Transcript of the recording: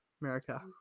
America